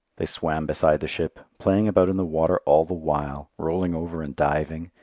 they swam beside the ship, playing about in the water all the while, rolling over and diving,